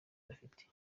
bafite